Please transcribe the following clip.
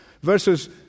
verses